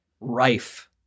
rife